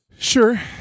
Sure